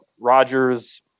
Rogers